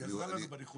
היא עזרה לנו בניחוש.